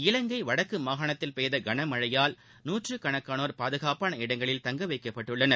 இலங்கை வடக்கு மாகாணத்தில் பெய்த கனமழையால் நூற்றுக்கணக்கானோர் பாதுகாப்பான இடங்களில் தங்கவைக்கப்பட்டுள்ளனர்